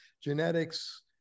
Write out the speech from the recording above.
genetics